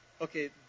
Okay